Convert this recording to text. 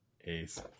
ace